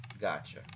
Gotcha